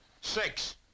Six